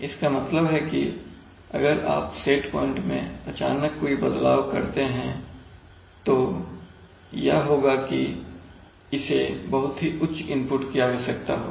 इसका मतलब है कि अगर आप सेट पॉइंट में अचानक कोई बदलाव करते हैं तो यह होगा कि इसे बहुत ही उच्च इनपुट की आवश्यकता होगी